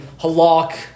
Halak